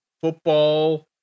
football